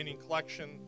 collection